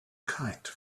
kite